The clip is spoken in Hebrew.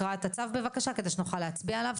הקראת הצו בבקשה כדי שנוכל להצביע עליו.